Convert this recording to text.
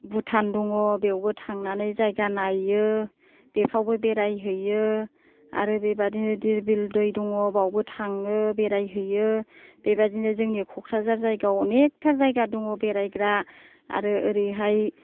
भुटान दङ बेवबो थांनानै जायगा नायो बेफ्रावबो बेरायहैयो आरो बेबादिनो दिर बिल दै दङ बावबो थाङो बेरायहैयो बेबादिनो जोंनि क'क्राझार जायगायाव अनेकथा जायगा दङ बेरायग्रा आरो ओरैहाय